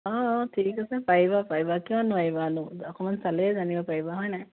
অঁ অঁ ঠিক আছে পাৰিবা পাৰিবা কিয় নোৱাৰিবানো অকণমান চালেই জানিব পাৰিবা হয় নাই